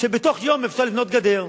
שבתוך יום אפשר לבנות גדר,